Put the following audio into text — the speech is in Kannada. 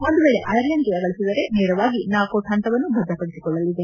ಒಂದು ವೇಳಿ ಐರ್ಲೆಂಡ್ ಜಯ ಗಳಿಸಿದರೆ ನೇರವಾಗಿ ನಾಕೌಟ್ ಹಂತವನ್ನು ಭದ್ರಪಡಿಸಿಕೊಳ್ಳಲಿದೆ